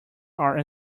are